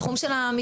בתחום של המתמחים,